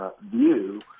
view